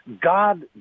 God